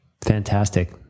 Fantastic